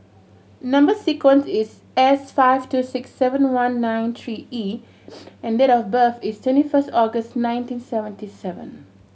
number sequence is S five two six seven one nine three E and date of birth is twenty first August nineteen seventy seven